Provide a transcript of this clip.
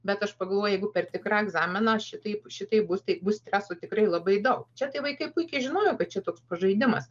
bet aš pagalvoju jeigu per tikrą egzaminą šitaip šitaip bus tai bus streso tikrai labai daug čia tai vaikai puikiai žinojo kad čia toks pažaidimas